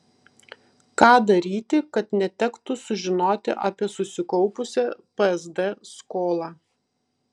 ką daryti kad netektų sužinoti apie susikaupusią psd skolą